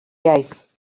iaith